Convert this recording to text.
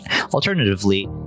Alternatively